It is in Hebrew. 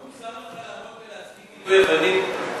לא מוזר לך לעמוד ולהצדיק יידוי אבנים?